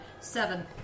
Seven